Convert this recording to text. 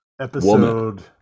episode